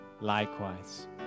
likewise